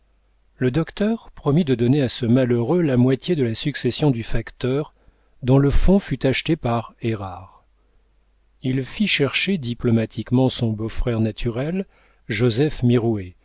le docteur promit de donner à ce malheureux la moitié de la succession du facteur dont le fonds fut acheté par érard il fit chercher diplomatiquement son beau-frère naturel joseph mirouët